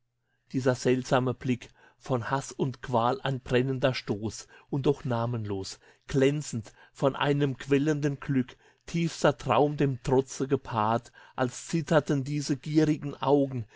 dieser seltsame blick von haß und qual ein brennender stoß und doch namenlos glänzend von einem quellenden glück tiefster traum dem trotze gepaart als zitterten diese gierigen augen